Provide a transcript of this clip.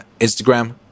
Instagram